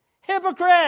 Hypocrite